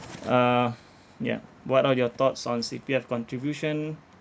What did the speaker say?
uh yeah what are your thoughts on C_P_F contribution